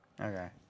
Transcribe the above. Okay